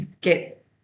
get